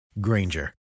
Granger